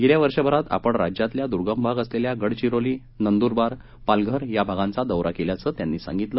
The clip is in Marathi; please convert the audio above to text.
गेल्या वर्षभरात आपण राज्यातला दुर्गम भाग असलेला गडचिरोली नंदुरबार पालघर या भागाचा दौरा केल्याचं त्यांनी सांगितलं